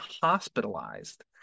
hospitalized